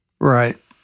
Right